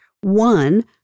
one